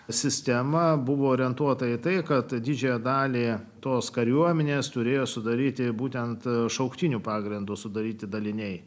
sistema buvo orientuota į tai kad didžiąją dalį tos kariuomenės turėjo sudaryti būtent šauktinių pagrindu sudaryti daliniai